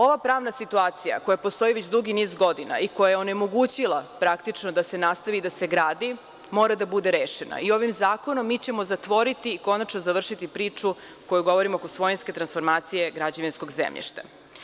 Ova pravna situacija koja postoji već dugi niz godina i koja je onemogućila praktično da se nastavi da se gradi mora da bude rešena i ovim zakonom mi ćemo zatvoriti i konačno završiti priču koju govorimo oko svojinske transformacije građevinskog zemljišta.